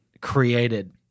created